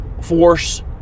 force